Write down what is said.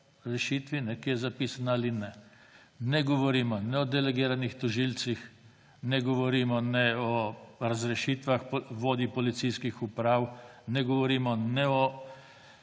rešitvi, ki je zapisana, ali ne. Ne govorimo o delegiranih tožilcih, ne govorimo o razrešitvah vodij policijskih uprav, ne govorimo o